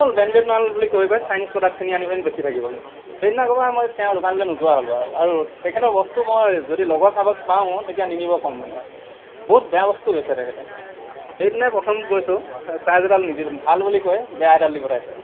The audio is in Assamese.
অকল ব্ৰেণ্ডেড মাল বুলি কৈ কৈ চাইনিজ প্ৰডাক্টখিনি আনি পানি বেছি থাকিব সি সেইদিনা মই তেওঁৰ দোকানলৈ নোযোৱা হ'লোঁ আৰু আৰু তেখেতৰ বস্তু মই যদি লগৰ কাৰোবাক পাওঁ তেতিয়া নিনিব ক'ম মানে বহুত বেয়া বস্তু বেচে তেখেতে সেইদিনাই প্ৰথম গৈছোঁ চাৰ্জাৰডাল নিদিলে ভাল বুলি কৈ বেয়া এডাল দি পঠাইছে